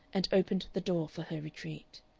and opened the door for her retreat.